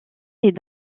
est